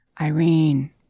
Irene